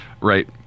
Right